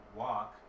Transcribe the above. walk